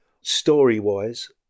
story-wise